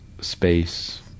space